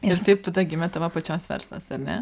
ir taip tada gimė tavo pačios verslas ar ne